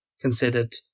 considered